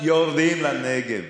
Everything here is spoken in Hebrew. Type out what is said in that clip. יורדים לנגב.